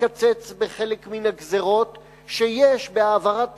לקצץ בחלק מן הגזירות שיש בהעברת תקציב.